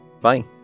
Bye